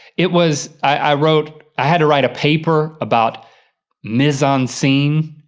it was, i wrote, i had to write a paper about mise-en-scenee.